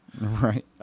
Right